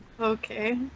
okay